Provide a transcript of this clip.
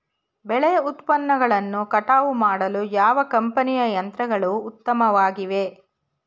ಬೆಳೆ ಉತ್ಪನ್ನಗಳನ್ನು ಕಟಾವು ಮಾಡಲು ಯಾವ ಕಂಪನಿಯ ಯಂತ್ರಗಳು ಉತ್ತಮವಾಗಿವೆ?